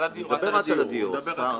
על הדיור.